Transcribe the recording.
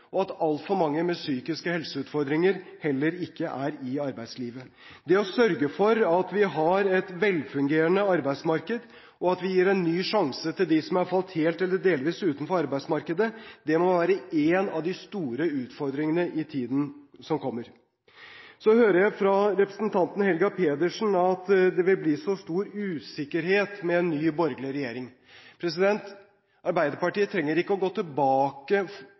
og at altfor mange med psykiske helseutfordringer ikke er i arbeidslivet. Det å sørge for at vi har et velfungerende arbeidsmarked, og at vi gir en ny sjanse til dem som er falt helt eller delvis utenfor arbeidsmarkedet, må være en av de store utfordringene i tiden som kommer. Så hører jeg fra representanten Helga Pedersen at det vil bli stor usikkerhet med en ny borgerlig regjering. Arbeiderpartiet trenger ikke å gå tilbake